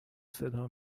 صدا